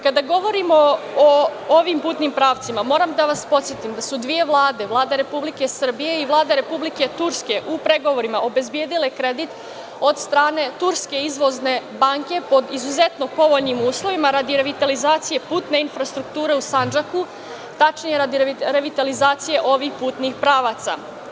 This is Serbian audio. Kada govorimo o ovim putnim pravcima, moram da vas podsetim da su dve vlade, Vlada Republike Srbije i Vlada Republike Turske u pregovorima obezbedile kredit od strane turske izvozne banke pod izuzetno povoljnim uslovima radi revitalizacije putne infrastrukture u Sandžaku, tačnije radi revitalizacije ovih putnih pravaca.